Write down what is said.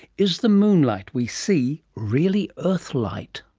is the moonlight we see really earth light?